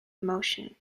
emotion